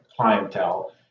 clientele